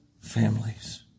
families